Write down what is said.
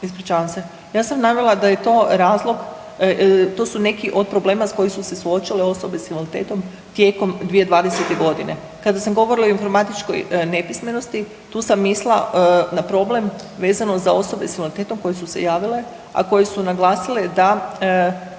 Ispričavam se, ja sam navela da je to razlog, to su neki od problema s kojim su se suočile osobe s invaliditetom tijekom 2020. godine. Kada sam govorila o informatičkoj nepismenosti tu sam mislila na problem vezano za osobe s invaliditetom koje su se javile, a koje su naglasile da